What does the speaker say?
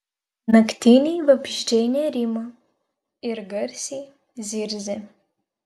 naktiniai vabzdžiai nerimo ir garsiai zirzė